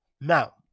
now